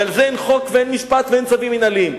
ועל זה אין חוק ואין משפט ואין צווים מינהליים.